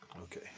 okay